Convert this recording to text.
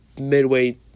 midway